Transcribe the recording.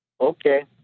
Okay